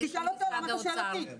תשאל אותו, למה אתה שואל אותי?